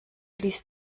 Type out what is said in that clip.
ließ